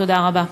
תודה רבה.